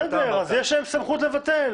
בסדר, אז יש להם סמכות לבטל.